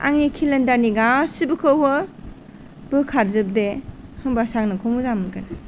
आंनि केलेन्डारनि गासिबोखौबो बोखार जोबदे होनबासो आं नोंखौ मोजां मोनगोन